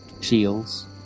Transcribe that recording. Shields